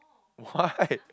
why